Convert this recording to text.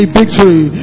victory